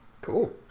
Cool